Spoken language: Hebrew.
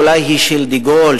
אולי היא של דה-גול,